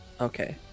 Okay